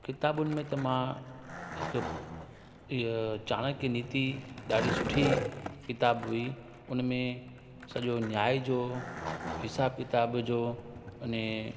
किताबुनि में त मां हिकु इअ चाणक्य नीति ॾाढी सुठी किताबु हुई उनमें सॼो न्यायु जो हिसाब किताब जो अने